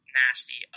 nasty